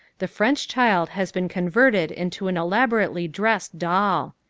the french child has been converted into an elaborately dressed doll.